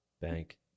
bank